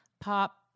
pop